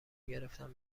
گرفتم